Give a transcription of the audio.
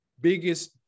biggest